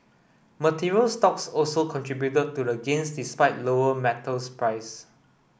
materials stocks also contributed to the gains despite lower metals price